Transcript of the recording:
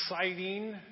exciting